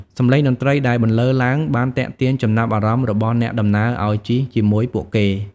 សំឡេងតន្រ្តីដែលបន្លឺឡើងបានទាក់ទាញចំណាប់អារម្មណ៍របស់អ្នកដំណើរឱ្យជិះជាមួយពួកគេ។